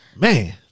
Man